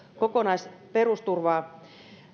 kokonaisperusturvaa